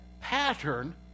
pattern